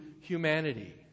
humanity